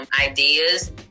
ideas